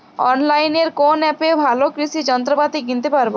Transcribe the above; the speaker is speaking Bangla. অনলাইনের কোন অ্যাপে ভালো কৃষির যন্ত্রপাতি কিনতে পারবো?